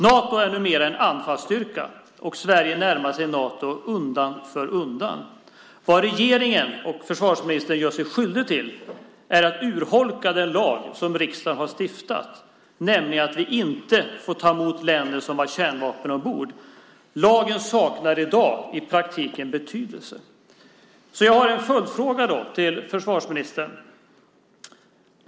Nato är numera en anfallsstyrka, och Sverige närmar sig Nato undan för undan. Vad regeringen och försvarsministern gör sig skyldiga till är att urholka den lag som riksdagen har stiftat, nämligen att vi inte får ta emot besök av fartyg med kärnvapen ombord. Lagen saknar i dag i praktiken betydelse. Jag har en följdfråga till försvarsministern.